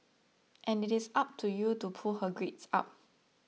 and it is up to you to pull her grades up